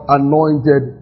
anointed